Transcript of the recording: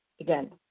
again